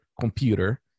computer